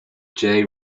jay